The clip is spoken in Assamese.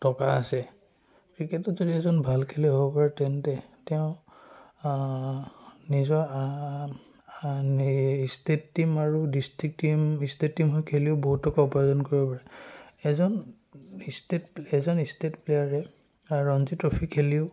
টকা আছে ক্ৰিকেটত যদি এজন ভাল খেলুৱৈ হ'ব পাৰে তেন্তে তেওঁ নিজৰ নি ষ্টেট টীম আৰু ডিষ্ট্ৰিক্ট টীম ষ্টেট টীম হৈ খেলিও বহুত টকা উপাৰ্জন কৰিব পাৰে এজন ষ্টেট এজন ষ্টেট প্লেয়াৰে ৰঞ্জী ট্ৰফি খেলিও